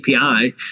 API